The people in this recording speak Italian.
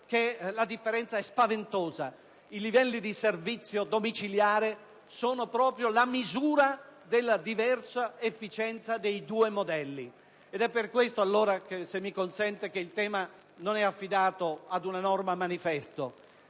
una differenza spaventosa. I livelli di servizio domiciliare sono proprio la misura della diversa efficienza dei due modelli. È per questo che le rispondo che il tema non è affidato ad una norma manifesto,